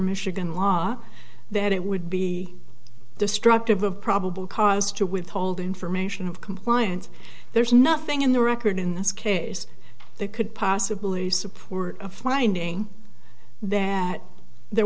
michigan law that it would be destructive of probable cause to withhold information of compliance there's nothing in the record in this case they could possibly support a finding that there